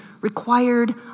required